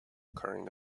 carrying